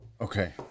Okay